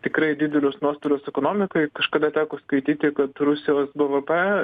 tikrai didelius nuostolius ekonomikai kažkada teko skaityti kad rusijos bvp